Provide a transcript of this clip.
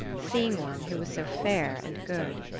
seeing one who was so fair and good.